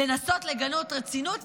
לנסות לגלות רצינות,